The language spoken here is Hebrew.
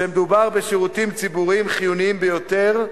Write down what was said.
שמדובר בשירותים ציבוריים חיוניים ביותר,